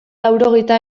laurogeita